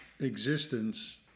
existence